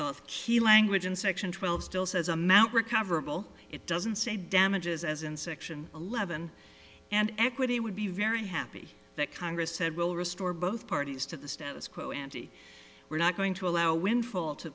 key language and section twelve still says amount recoverable it doesn't say damages as in section eleven and equity would be very happy that congress said will restore both parties to the status quo ante we're not going to allow windfall to